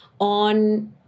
on